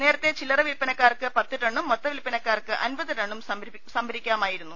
നേരത്തെ ചില്ലറ വിൽപ്പ നക്കാർക്ക് പത്ത് ടണ്ണും മൊത്ത വിൽപ്പനക്കാർക്ക് അൻപത് ടണ്ണും സംഭരി ക്കാമായിരുന്നു